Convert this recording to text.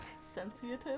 Sensitive